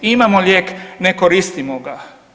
Imamo lijek, ne koristimo ga.